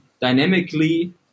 dynamically